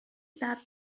that